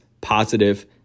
positive